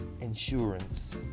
insurance